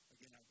Again